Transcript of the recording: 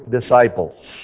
disciples